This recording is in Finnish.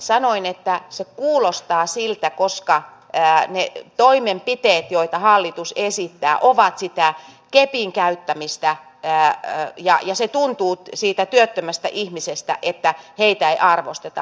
sanoin että se kuulostaa siltä koska ne toimenpiteet joita hallitus esittää ovat sitä kepin käyttämistä ja se tuntuu siitä työttömästä ihmisestä siltä että heitä ei arvosteta